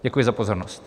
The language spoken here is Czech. Děkuji za pozornost.